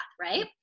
right